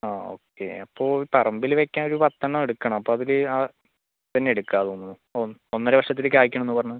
ആ ഓക്കെ അപ്പോൾ ഈ പറമ്പിൽ വെയ്ക്കാൻ ഒരു പത്തെണ്ണം എടുക്കണം അപ്പോൾ അതിൽ ആ ഇതുതന്നെ എടുക്കാമെന്ന് തോന്നുന്നു ഒന്നര വർഷത്തിൽ കായ്ക്കുമെന്ന് പറഞ്ഞത്